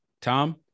tom